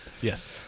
Yes